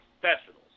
professionals